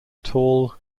tall